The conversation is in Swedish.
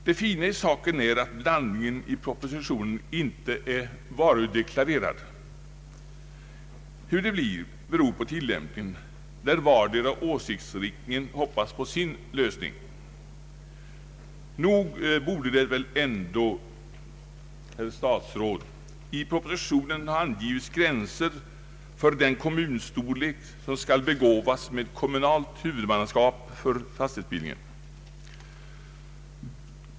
Det fina i saken är att blandningen i propositionen inte är varudeklarerad. Hur det blir beror på tilllämpningen, där vardera åsiktsriktningen hoppas på sin lösning. Nog bor de väl ändå i propositionen ha angivits gränsen för den kommunstorlek som skulle begåvas med kommunalt huvudmannaskap för = fastighetsbildningen.